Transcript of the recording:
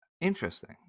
interesting